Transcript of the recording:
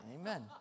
Amen